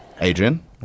Adrian